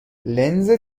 لنز